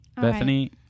Bethany